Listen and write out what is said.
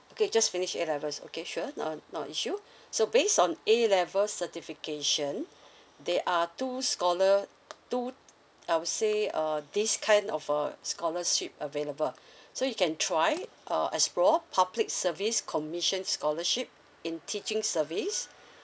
okay just finish A levels okay sure n~ uh not a issue so based on A level certification there are two scholar~ two I would say uh this kind of uh scholarship available so you can try uh explore public service commission scholarship in teaching service